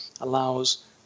allows